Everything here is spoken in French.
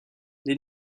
les